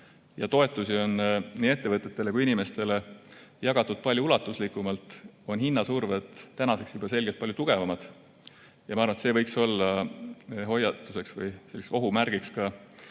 ja toetusi on nii ettevõtetele kui inimestele jagatud palju ulatuslikumalt, on hinnasurved tänaseks juba selgelt palju tugevamad. Ja ma arvan, et see võiks olla hoiatuseks või ohu märgiks ka